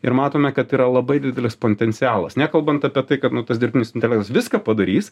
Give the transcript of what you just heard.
ir matome kad yra labai didelis potencialas nekalbant apie tai kad nu tas dirbtinis intelektas viską padarys